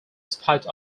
spite